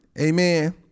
Amen